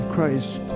Christ